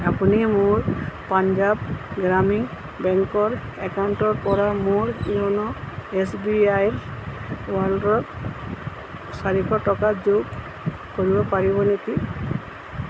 আপুনি মোৰ পাঞ্জাৱ গ্ৰামীণ বেংকৰ একাউণ্টৰ পৰা মোৰ য়ন' এছ বি আইৰ ৱালেটত চাৰিশ টকা যোগ কৰিব পাৰিব নেকি